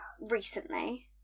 recently